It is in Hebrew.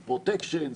פרוטקשן,